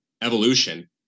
evolution